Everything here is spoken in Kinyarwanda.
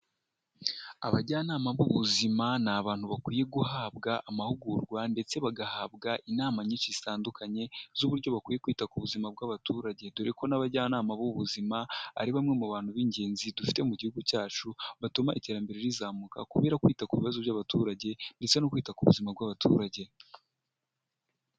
Abajyanama b'ubuzima: ni abantu bakwiye guhabwa amahugurwa ndetse bagahabwa inama nyinshi zitandukanye z'uburyo bakwiye kwita ku buzima bw'abaturage, dore ko n'abajyanama b'ubuzima ari bamwe mu bantu b'ingenzi dufite mu gihugu cyacu, batuma iterambere rizamuka, kubera kwita ku bibazo by'abaturage ndetse no kwita ku buzima bw'abaturage.